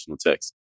text